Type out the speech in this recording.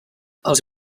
els